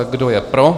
Kdo je pro?